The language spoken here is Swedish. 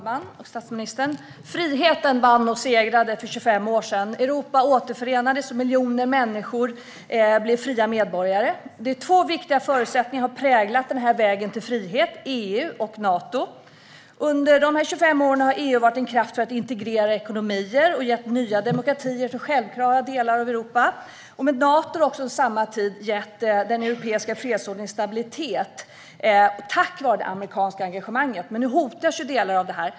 Herr talman! Friheten segrade för 25 år sedan. Europa återförenades och miljoner människor blev fria medborgare. Två viktiga förutsättningar har präglat denna väg till frihet: EU och Nato. Under dessa 25 år har EU fungerat som en kraft för att integrera ekonomier och gjort nya demokratier till självklara delar av Europa. Nato har under samma tid gett den europeiska fredsordningen stabilitet, tack vare det amerikanska engagemanget. Nu hotas dock delar av detta.